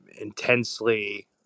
intensely